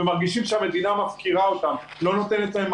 ואנחנו אלה שמרגישים שהמדינה מפקירה אותם,